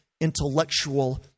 intellectual